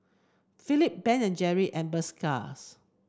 Philip Ben and Jerry and